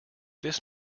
this